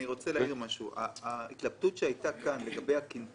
אני רוצה לומר שההתלבטות שעלתה כאן עולה